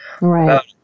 Right